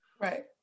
Right